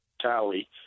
tally